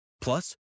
Plus